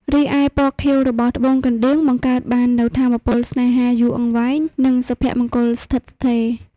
រីឯពណ៌ខៀវរបស់ត្បូងកណ្ដៀងបង្កើតបាននូវថាមពលស្នេហាយូរអង្វែង និងសុភមង្គលស្ថិតស្ថេរ។